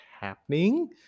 happening